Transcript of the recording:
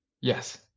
Yes